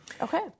Okay